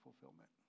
fulfillment